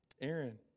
Aaron